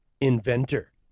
inventor